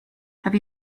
have